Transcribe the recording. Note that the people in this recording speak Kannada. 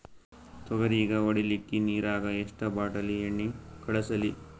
ತೊಗರಿಗ ಹೊಡಿಲಿಕ್ಕಿ ನಿರಾಗ ಎಷ್ಟ ಬಾಟಲಿ ಎಣ್ಣಿ ಕಳಸಲಿ?